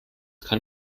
kann